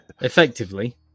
effectively